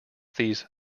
these